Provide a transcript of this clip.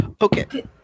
Okay